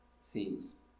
seems